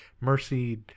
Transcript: mercy